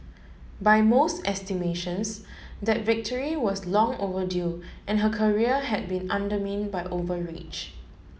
by most estimations that victory was long overdue and her career had been by overreach